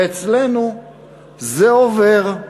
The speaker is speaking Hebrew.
ואצלנו זה עובר.